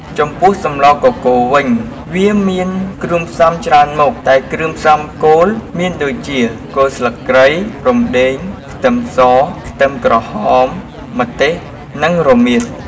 ចំពោះសម្លកកូរវិញ វាមានគ្រឿងផ្សំច្រើនមុខ តែគ្រឿងផ្សំគោលមានដូចជា គល់ស្លឹកគ្រៃ រំដេង ខ្ទឹមស ខ្ទឹមក្រហម ម្ទេស និងរមៀត។